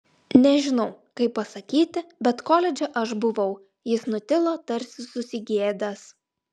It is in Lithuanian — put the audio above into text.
nežinau kaip pasakyti bet koledže aš buvau jis nutilo tarsi susigėdęs